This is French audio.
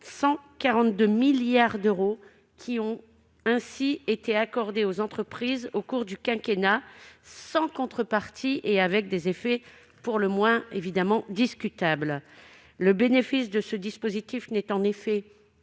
142 milliards d'euros qui ont ainsi été accordés aux entreprises au cours du quinquennat sans contrepartie, avec des effets pour le moins discutables. Le bénéfice de ce dispositif n'est en effet